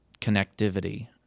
connectivity